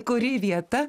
kuri vieta